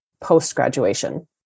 post-graduation